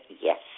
yes